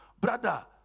Brother